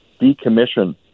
decommission